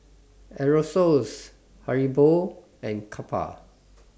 Aerosoles Haribo and Kappa